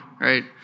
right